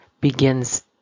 begins